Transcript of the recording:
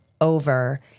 over